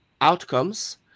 outcomes